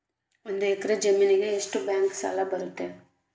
ಒಂದು ಎಕರೆ ಜಮೇನಿಗೆ ಎಷ್ಟು ಬ್ಯಾಂಕ್ ಸಾಲ ಬರ್ತೈತೆ?